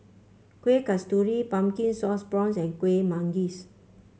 Kueh Kasturi Pumpkin Sauce Prawns and Kuih Manggis